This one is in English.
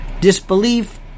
disbelief